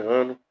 ano